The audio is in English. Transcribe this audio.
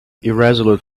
irresolute